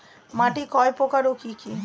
মাটি কয় প্রকার ও কি কি?